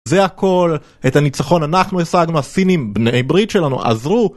זה הכל את הניצחון אנחנו הישגנו הסינים בני ברית שלנו עזרו